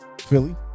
Philly